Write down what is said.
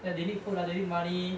like they need food lah they need money